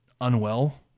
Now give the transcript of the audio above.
unwell